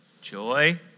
joy